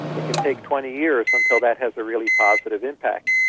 it can take twenty years until that has a really positive impact,